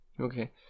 okay